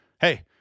hey